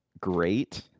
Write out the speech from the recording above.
great